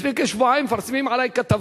לפני כשבועיים מפרסמים עלי כתבה.